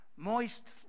moist